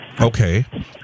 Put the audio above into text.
Okay